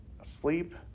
asleep